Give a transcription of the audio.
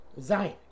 Zion